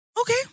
Okay